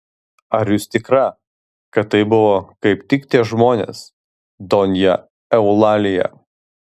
ar jūs tikra kad tai buvo kaip tik tie žmonės donja eulalija